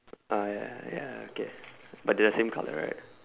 uh ya ya okay but they are same colour right